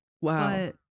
Wow